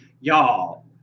y'all